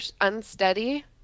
unsteady